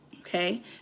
okay